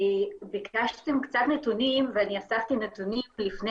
ביקשתם קצת נתונים ואני אספתי נתונים לפני